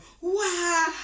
wow